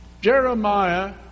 Jeremiah